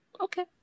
okay